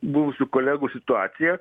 buvusių kolegų situaciją